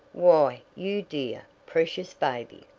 why, you dear, precious baby!